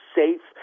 safe